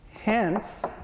Hence